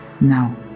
Now